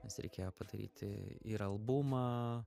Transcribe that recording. nes reikėjo padaryti ir albumą